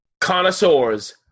Connoisseurs